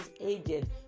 agent